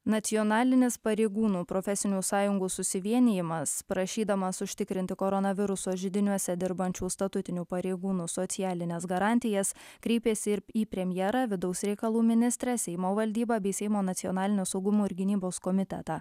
nacionalinis pareigūnų profesinių sąjungų susivienijimas prašydamas užtikrinti koronaviruso židiniuose dirbančių statutinių pareigūnų socialines garantijas kreipėsi į premjerą vidaus reikalų ministrą seimo valdybą bei seimo nacionalinio saugumo ir gynybos komitetą